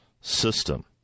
system